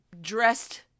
dressed